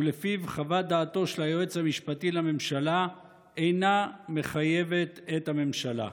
שלפיו חוות דעתו של היועץ המשפטי לממשלה אינה מחייבת את הממשלה.